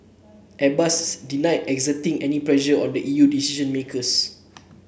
Airbus denied exerting any pressure on the E U decision makers